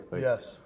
Yes